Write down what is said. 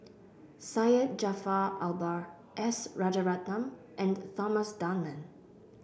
Syed Jaafar Albar S Rajaratnam and Thomas Dunman